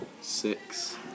six